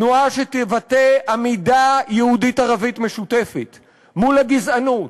תנועה שתבטא עמידה יהודית-ערבית משותפת מול הגזענות,